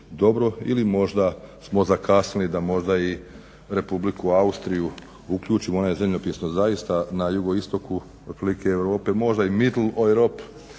ili možda smo zakasnili da možda i Republiku Austriju uključimo, ona je zemljopisno zaista na JI Europe, možda mittle Europe,